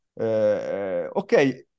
okay